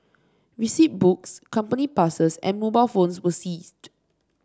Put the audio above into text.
receipt books company passes and mobile phones were seized